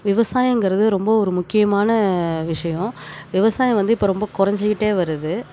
விவசாயங்கிறது ரொம்ப ஒரு முக்கியமான விஷயோம் விவசாயம் வந்து இப்போ ரொம்ப குறஞ்சிக்கிட்டே வருது